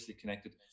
connected